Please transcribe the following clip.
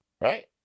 Right